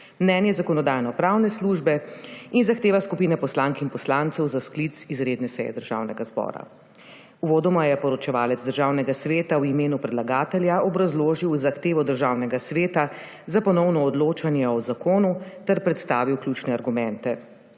mnenje Zakonodajno-pravne službe in Zahteva skupine poslank in poslancev za sklic izredne seje Državnega zbora. Uvodoma je poročevalec Državnega sveta v imenu predlagatelja obrazložil zahtevo Državnega sveta za ponovno odločanje o zakonu ter predstavil ključne argumente.